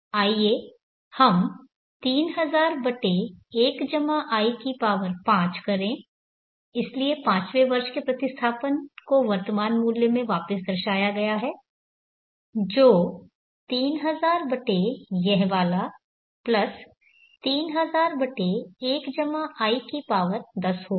तो आइए हम 3000 बटे 1i की पावर 5 करें इसलिए पांचवें वर्ष के प्रतिस्थापन को वर्तमान मूल्य में वापस दर्शाया गया है जो 3000 बटे यह वाला प्लस 3000 बटे 1i की पावर दस होगा